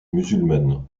musulmane